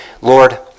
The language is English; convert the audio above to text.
Lord